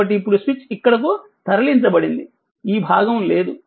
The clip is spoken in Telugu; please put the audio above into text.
కాబట్టి ఇప్పుడు స్విచ్ ఇక్కడకు తరలించబడింది ఈ భాగం లేదు